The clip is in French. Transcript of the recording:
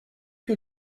que